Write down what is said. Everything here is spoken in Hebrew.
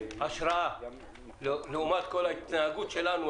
השראה לעומת כל ההתנהגות שלנו,